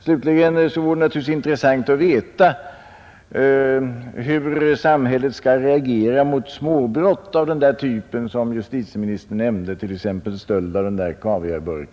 Slutligen vore det naturligtvis intressant att veta hur samhället skall reagera mot småbrott av den typ justitieministern nämnde, exempelvis stöld av en kaviarburk.